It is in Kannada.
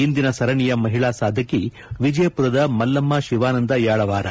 ಇಂದಿನ ಸರಣಿಯ ಮಹಿಳಾ ಸಾಧಕಿ ವಿಜಯಪುರದ ಮಲ್ಲಮ್ಮ ಶಿವಾನಂದ ಯಾಳವಾರ